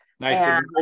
Nice